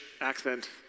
accent